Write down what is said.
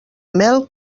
mel